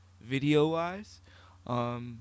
video-wise